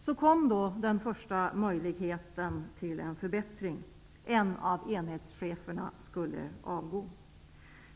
Så kom då den första möjligheten till förbättring. En av enhetscheferna skulle avgå.